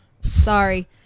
Sorry